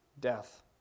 death